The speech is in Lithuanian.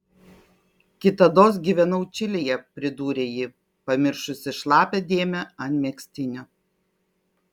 kitados gyvenau čilėje pridūrė ji pamiršusi šlapią dėmę ant megztinio